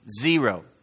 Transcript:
Zero